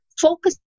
focus